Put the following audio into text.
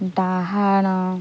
ଡାହାଣ